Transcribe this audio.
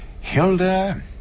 Hilda